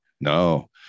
No